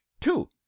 two